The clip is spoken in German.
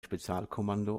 spezialeinsatzkommando